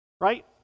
right